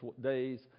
days